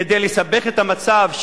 כדי לסבך את המצב,